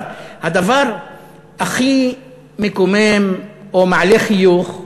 הדבר הכי מקומם, או מעלה חיוך,